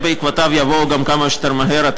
ובעקבותיו גם יבואו התקנות כמה שיותר מהר.